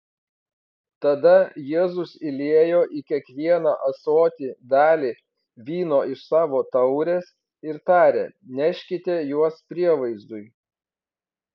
tada jėzus įliejo į kiekvieną ąsotį dalį vyno iš savo taurės ir tarė neškite juos prievaizdui